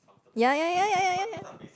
ya ya ya ya ya ya ya